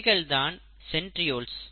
இவைகள் தான் சென்ட்ரியோல்ஸ்